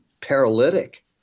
paralytic